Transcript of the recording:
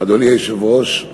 אדוני היושב-ראש,